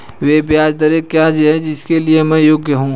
वे ब्याज दरें क्या हैं जिनके लिए मैं योग्य हूँ?